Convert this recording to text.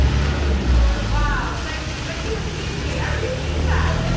thank you, nicole. wow. thank you thank you for seeing me. i really mean that.